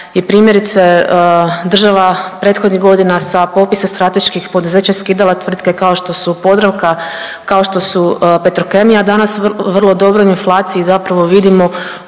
je primjerice država prethodnih godina sa popisa strateških poduzeća skidala tvrtke kao što su Podravka, kao što su Petrokemija, a danas vrlo dobro u inflaciji zapravo vidimo